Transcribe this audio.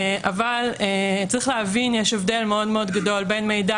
אבל צריך להבין שיש הבדל מאוד-מאוד גדול בין מידע